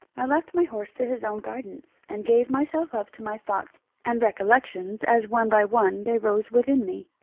i left my horse to his own guidance, and gave myself up to my thoughts and recollections, as one by one they rose within me.